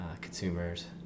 consumers